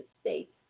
states